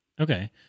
Okay